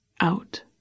out